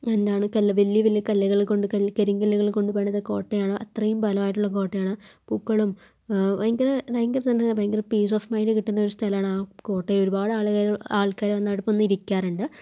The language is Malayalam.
എന്താണ് കല്ല് വലിയ വലിയ കല്ലുകൾ കൊണ്ട് കൽകരിങ്കല്ല് കൊണ്ട് പണിത കോട്ടയാണ് അത്രയും ബലം ആയിട്ടുള്ള കോട്ടയാണ് പൂക്കളും ഭയങ്കര ഭയങ്കര തന്നെ ഭയങ്കര പീസ് ഓഫ് മൈൻഡ് കിട്ടുന്ന ഒരു സ്ഥലമാണ് ആ കോട്ടയിൽ ഒരു ഒരു പാട് ആളുകൾ ആൾക്കാര് വന്നിരിക്കാറുണ്ട്